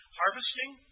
harvesting